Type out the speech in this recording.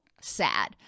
sad